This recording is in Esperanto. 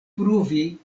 pruvi